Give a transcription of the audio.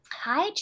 Hi